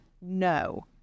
No